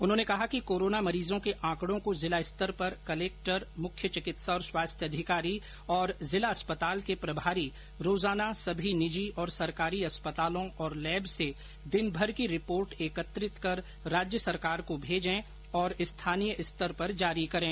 उन्होंने कहा कि कोरोना मरीजों के आंकड़ों को जिला स्तर पर कलेक्टर मुख्य चिकित्सा और स्वास्थ्य अधिकारी और जिला अस्पताल के प्रभारी रोजाना सभी निजी और सरकारी अस्पतालों और लैब से दिन भर की रिपोर्ट एकत्रित कर राज्य सरकार को भेजे और स्थानीय स्तर पर जारी करें